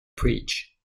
preach